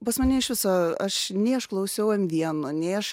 pas mane iš viso aš nei aš klausiau m vieno nei aš